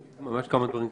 ממש כמה דברים קצרים.